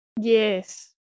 Yes